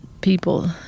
people